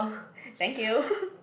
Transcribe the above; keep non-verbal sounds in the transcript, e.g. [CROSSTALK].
thank you [LAUGHS]